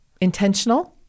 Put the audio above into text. intentional